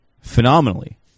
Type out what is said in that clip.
phenomenally